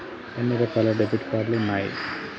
ఎన్ని రకాల debit card ఉన్నాయి?